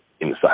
inside